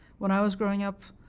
when i was growing up,